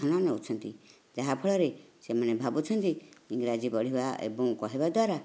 ପ୍ରାଧାନ୍ୟ ଦେଉଛନ୍ତି ଏହାଫଳରେ ସେମାନେ ଭାବୁଛନ୍ତି ଇଂରାଜୀ ପଢ଼ିବା ଏବଂ କହିବା ଦ୍ଵାରା